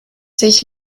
sich